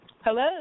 Hello